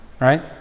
right